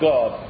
God